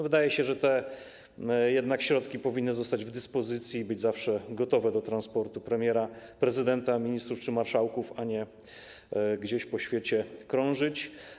Wydaje się, że jednak te środki powinny zostać w dyspozycji i być zawsze gotowe do transportu premiera, prezydenta, ministrów czy marszałków, a nie gdzieś po świecie krążyć.